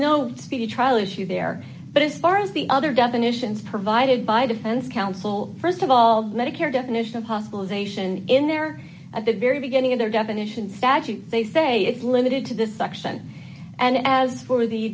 trial issue there but as far as the other definitions provided by defense counsel st of all medicare definition of hospitalization in there at the very beginning of their definition statute they say it's limited to this section and as for the